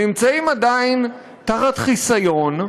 נמצאים עדיין תחת חיסיון,